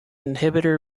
inhibitor